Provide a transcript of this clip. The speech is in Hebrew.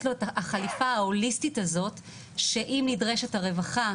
לו החליפה ההוליסטית הזאת שאם נדרשת הרווחה,